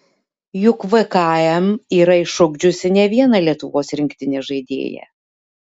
juk vkm yra išugdžiusi ne vieną lietuvos rinktinės žaidėją